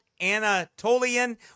Anatolian